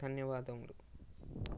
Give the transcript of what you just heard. ధన్యవాదములు